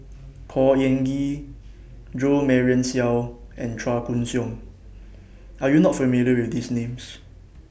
Khor Ean Ghee Jo Marion Seow and Chua Koon Siong Are YOU not familiar with These Names